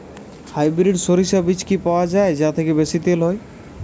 Hybrid শরিষা বীজ কি পাওয়া য়ায় যা থেকে বেশি তেল হয়?